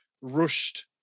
rushed